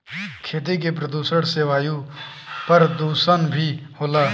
खेती के प्रदुषण से वायु परदुसन भी होला